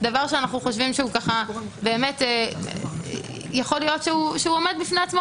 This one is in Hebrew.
דבר שאנחנו חושבים שיכול להיות שעומד בפני עצמו